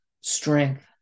strength